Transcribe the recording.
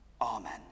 Amen